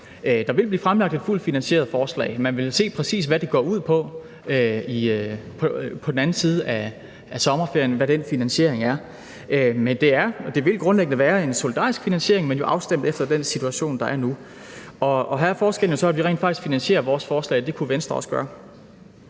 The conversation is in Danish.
Der vil blive fremlagt et fuldt finansieret forslag. Man vil se præcis, hvad det går ud på på den anden side af sommerferien, og hvordan finansieringen er. Det vil grundlæggende være en solidarisk finansiering, men jo afstemt efter den situation, der er nu. Her er forskellen jo så, at vi rent faktisk finansierer vores forslag. Det kunne Venstre også gøre.